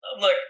Look